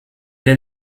est